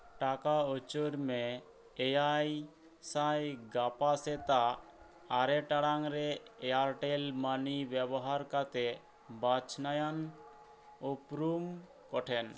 ᱴᱟᱠᱟ ᱩᱪᱟᱹᱲ ᱢᱮ ᱮᱭᱟᱭ ᱥᱟᱭ ᱜᱟᱯᱟ ᱥᱮᱛᱟᱜ ᱟᱨᱮ ᱴᱟᱲᱟᱝ ᱨᱮ ᱮᱭᱟᱨᱴᱮᱞ ᱢᱟᱹᱱᱤ ᱵᱮᱵᱚᱦᱟᱨ ᱠᱟᱛᱮ ᱵᱟᱪᱷᱱᱟᱭᱟᱱ ᱩᱯᱨᱩᱢ ᱠᱚᱴᱷᱮᱱ